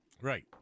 Right